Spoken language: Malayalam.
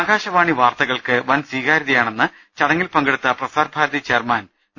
ആകാശവാണി വാർത്തകൾക്ക് വൻ സ്വീകാര്യത യാണെന്ന് ചടങ്ങിൽ പങ്കെടുത്ത പ്രസാർ ഭാരതി ചെയർമാൻ ഡോ